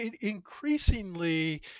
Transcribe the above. increasingly